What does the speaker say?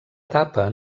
etapa